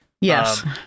yes